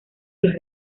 los